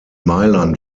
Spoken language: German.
mailand